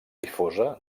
difosa